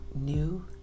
new